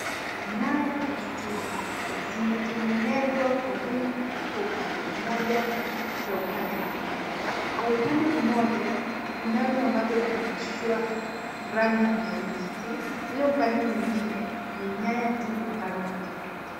Nyaya za stima zimetengenezwa kwa wingi katika upande mmoja na upande mwingine. Kwa upande mmoja, kunazo ambazo zimepitishwa rangi nyeusi ila upande mwingine ni nyaya tu ambayo zimepita.